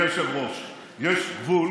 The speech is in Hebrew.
סליחה, גברתי.